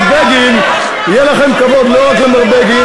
בגין ויהיה לכם כבוד לא רק למר בגין,